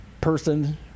person